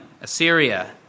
Assyria